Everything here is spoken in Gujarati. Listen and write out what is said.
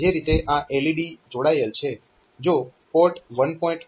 જે રીતે આ LED જોડાયેલ છે જો P1